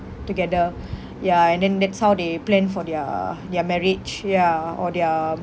together ya and then that's how they plan for their their marriage ya or their